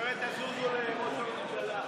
ככה בונים רפורמה.